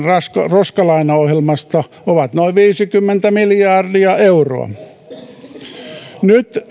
roskalainaohjelmasta ovat muuten noin viisikymmentä miljardia euroa nyt